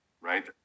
right